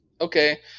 Okay